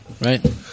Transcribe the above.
right